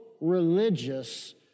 religious